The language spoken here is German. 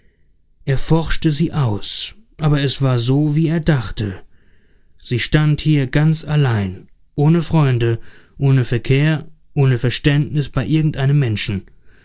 er forschte sie aus aber es war so wie er dachte sie stand hier ganz allein ohne freunde ohne verkehr ohne verständnis bei irgend einem menschen